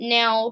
now